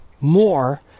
more